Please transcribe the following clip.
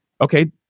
Okay